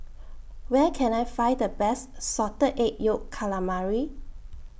Where Can I Find The Best Salted Egg Yolk Calamari